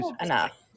Enough